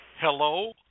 Hello